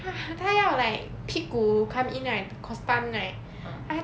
他要 like 屁股 come in right gostan right